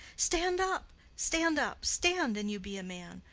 stand up, stand up! stand, an you be a man.